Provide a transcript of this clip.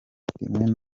rimwe